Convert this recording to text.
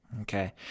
Okay